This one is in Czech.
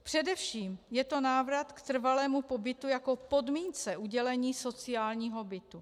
Především je to návrat k trvalému pobytu jako k podmínce udělení sociálního bytu.